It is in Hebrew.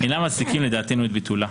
אינם מצדיקים לדעתנו את ביטולה.